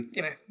you know,